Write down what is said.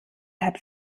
hat